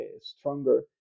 stronger